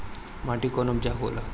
माटी कौन उपजाऊ होला?